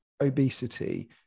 obesity